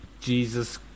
Jesus